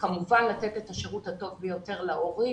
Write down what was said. וכמובן לתת את השירות הטוב ביותר להורים